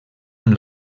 amb